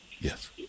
Yes